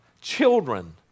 children